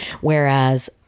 Whereas